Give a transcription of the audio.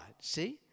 See